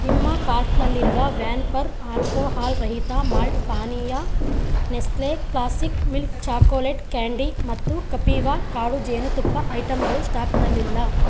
ನಿಮ್ಮ ಕಾರ್ಟ್ನಲ್ಲಿರುವ ವ್ಯಾನ್ ಪರ್ ಆಲ್ಕೋಹಾಲ್ರಹಿತ ಮಾಲ್ಟ್ ಪಾನೀಯ Nestle classic milk chocolate candy ಮತ್ತು ಕಪೀವಾ ಕಾಡು ಜೇನುತುಪ್ಪ ಐಟಮ್ಗಳು ಸ್ಟಾಕ್ನಲ್ಲಿಲ್ಲ